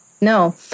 No